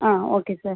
ah okay sir